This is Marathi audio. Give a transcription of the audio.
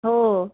हो